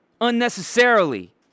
unnecessarily